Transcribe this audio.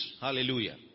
Hallelujah